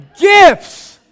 Gifts